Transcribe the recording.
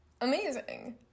Amazing